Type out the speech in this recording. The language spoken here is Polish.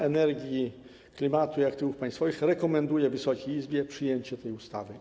Energii, Klimatu i Aktywów Państwowych rekomenduje Wysokiej Izbie przyjęcie tej ustawy.